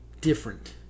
different